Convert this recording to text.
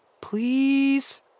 please